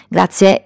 Grazie